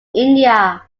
india